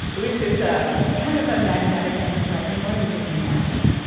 which is ah kind of a magnetic and surprising word, which is magic.